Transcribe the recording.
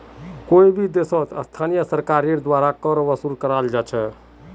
कोई भी देशत स्थानीय सरकारेर द्वारा कर वसूल कराल जा छेक